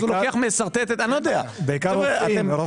אז הוא לוקח ומשרטט את בעיקר רופאים.